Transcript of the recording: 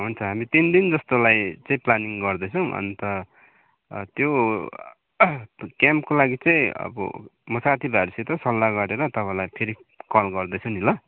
हुन्छ हामी तिन दिन जस्तोलाई चाहिँ प्लानिङ गर्दैछौँ अन्त त्यो क्याम्पको लागि चाहिँ अब म साथीभाइहरूसित सल्लाह गरेर तपाईँलाई फेरि कल गर्दैछु नि ल